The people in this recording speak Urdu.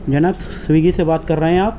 جناب سویگی سے بات کر رہے ہیں آپ